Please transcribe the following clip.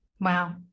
wow